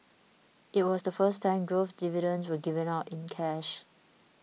it was the first time growth dividends were given out in cash